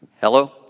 hello